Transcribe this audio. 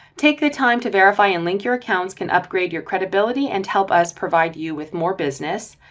take the time to verify and link your accounts can upgrade your credibility and help us provide you with more business.